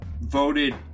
voted